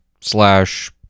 slash